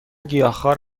گیاهخوار